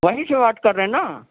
وہیں سے بات کر رہے ہیں نا